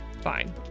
fine